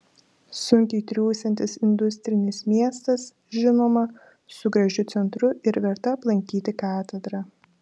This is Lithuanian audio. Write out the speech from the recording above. sunkiai triūsiantis industrinis miestas žinoma su gražiu centru ir verta aplankyti katedra